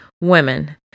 women